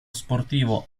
sportivo